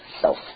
self